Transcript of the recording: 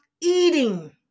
eating